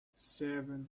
seven